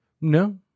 No